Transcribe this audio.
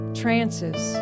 trances